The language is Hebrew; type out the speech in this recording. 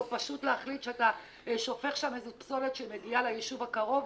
או פשוט להחליט שאתה שופך שם איזו פסולת שמגיעה ליישוב הקרוב,